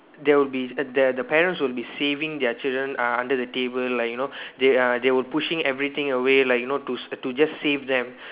there will be the the parents will be saving their children uh under the table like you know they uh they will pushing everything away like you know to to just save them